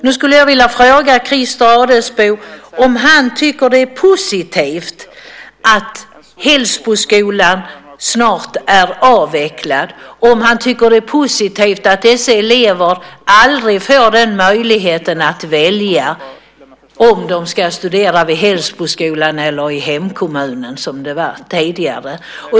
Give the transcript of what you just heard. Nu skulle jag vilja fråga Christer Adelsbo om han tycker att det är positivt att Hällsboskolan snart är avvecklad, om han tycker att det är positivt att dessa elever aldrig får möjligheten att välja om de ska studera vid Hällsboskolan eller i hemkommunen, som det var tidigare?